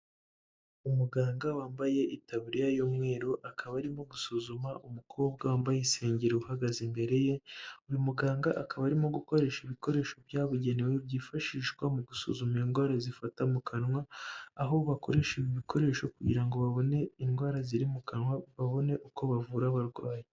Umuganga wambaye itaburiya y'umweru akaba arimo gusuzuma umukobwa wambaye isengeri uhagaze imbere ye, uyu muganga akaba arimo gukoresha ibikoresho byabugenewe byifashishwa mu gusuzuma indwara zifata mu kanwa, aho bakoresha ibi bikoresho kugira ngo babone indwara ziri mu kanwa babone uko bavura abarwayi.